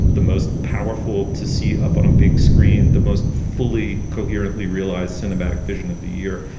the most powerful to see up on a big screen, the most fully coherent, we realized cinematic vision of the year.